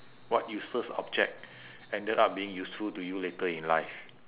what useless object ended up being useful to you later in life